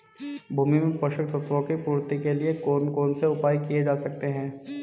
भूमि में पोषक तत्वों की पूर्ति के लिए कौन कौन से उपाय किए जा सकते हैं?